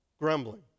grumbling